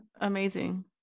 Amazing